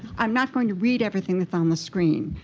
i'm not going to read everything that's on the screen.